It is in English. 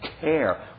care